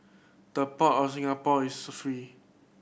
the Port of Singapore is free